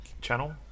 channel